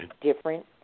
different